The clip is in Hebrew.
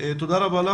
תודה רבה.